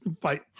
fight